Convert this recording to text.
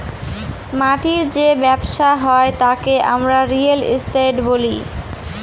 মাটির যে ব্যবসা হয় তাকে আমরা রিয়েল এস্টেট বলি